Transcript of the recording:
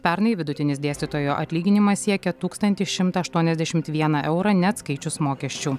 pernai vidutinis dėstytojo atlyginimas siekė tūkstantį šimtą aštuoniasdešimt vieną eurą neatskaičius mokesčių